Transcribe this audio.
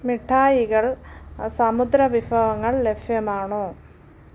മിഠായികൾ സമുദ്രവിഭവങ്ങൾ ലഭ്യമാണോ